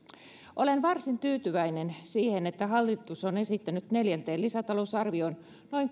olen varsin tyytyväinen siihen että hallitus on esittänyt neljänteen lisätalousarvioon noin